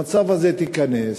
במצב הזה תיכנס,